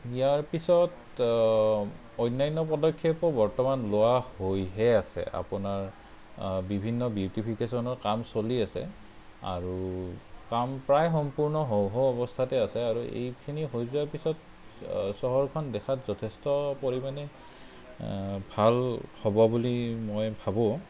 ইয়াৰ পিছত অন্যান্য পদক্ষেপো বৰ্তমান লোৱা হৈহে আছে আপোনাৰ বিভিন্ন বিউটিফিকেচনচৰ কাম চলি আছে আৰু কাম প্ৰায় সম্পূৰ্ণ হওঁ হওঁ অৱস্থাতে আছে আৰু এইখিনি হৈ যোৱা পিছত চহৰখন দেখাত যথেষ্ট পৰিমাণে ভাল হ'ব বুলি মই ভাবো